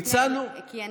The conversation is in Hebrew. לפני כן.